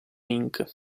inc